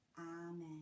Amen